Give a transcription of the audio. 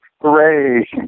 Hooray